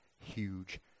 huge